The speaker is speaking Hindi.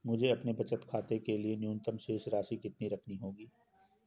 मुझे अपने बचत खाते के लिए न्यूनतम शेष राशि कितनी रखनी होगी?